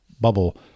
bubble